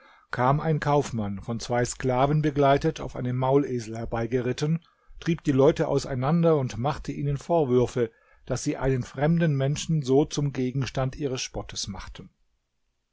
kam ein kaufmann von zwei sklaven begleitet auf einem maulesel herbeigeritten trieb die leute auseinander und machte ihnen vorwürfe daß sie einen fremden menschen so zum gegenstand ihres spottes machten